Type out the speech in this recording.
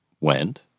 went